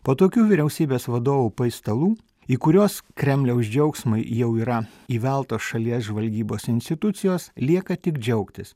po tokių vyriausybės vadovų paistalų į kuriuos kremliaus džiaugsmui jau yra įveltos šalies žvalgybos institucijos lieka tik džiaugtis